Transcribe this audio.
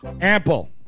Ample